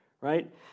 right